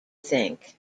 think